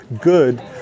good